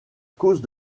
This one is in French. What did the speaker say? cause